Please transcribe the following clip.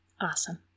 Awesome